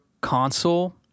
console